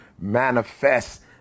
manifest